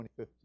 2015